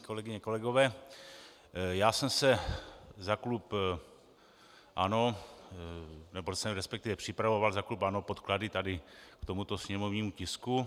Kolegyně, kolegové, já jsem se za klub ANO, nebo jsem resp. připravoval za klub ANO podklady k tomuto sněmovnímu tisku.